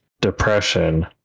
depression